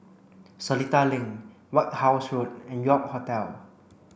Seletar Link White House Road and York Hotel